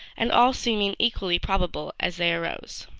and all seeming equally probable as they arose.